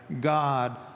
God